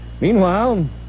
Meanwhile